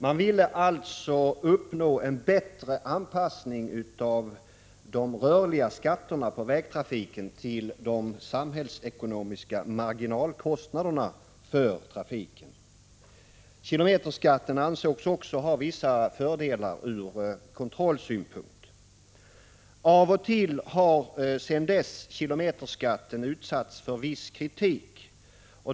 Man ville alltså uppnå en bättre anpassning av de rörliga skatterna på vägtrafiken till de samhällsekonomiska marginalkostnaderna för trafiken. Kilometerskatten ansågs också ha vissa fördelar ur kontrollsynpunkt. Av och till har sedan dess kilometerskatten utsatts för viss kritik.